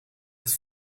het